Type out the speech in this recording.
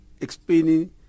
explaining